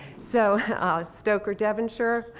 so stoker devonshire,